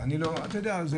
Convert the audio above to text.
אתה יודע,